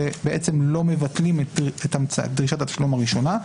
שלא מבטלים את דרישת התשלום הראשונה,